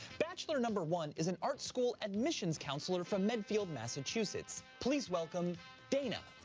bachelor number one is an art school admissions counselor from medfield, massachusetts. please welcome dana.